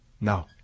No